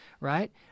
right—